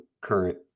current